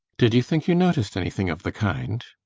did you think you noticed anything of the kind?